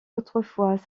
autrefois